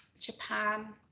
Japan